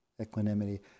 equanimity